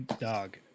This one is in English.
Dog